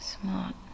smart